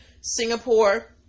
Singapore